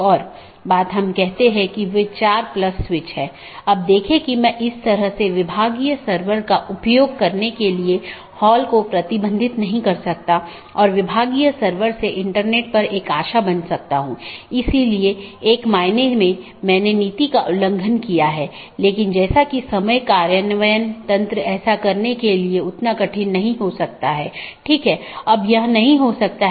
इसलिए जो हम देखते हैं कि मुख्य रूप से दो तरह की चीजें होती हैं एक है मल्टी होम और दूसरा ट्रांजिट जिसमे एक से अधिक कनेक्शन होते हैं लेकिन मल्टी होमेड के मामले में आप ट्रांजिट ट्रैफिक की अनुमति नहीं दे सकते हैं और इसमें एक स्टब प्रकार की चीज होती है जहां केवल स्थानीय ट्रैफ़िक होता है मतलब वो AS में या तो यह उत्पन्न होता है या समाप्त होता है